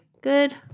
good